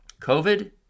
covid